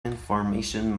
information